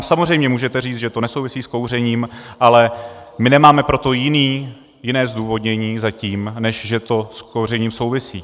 Samozřejmě můžete říct, že to nesouvisí s kouřením, ale my nemáme pro to jiné zdůvodnění zatím, než že to s kouřením souvisí.